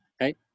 Okay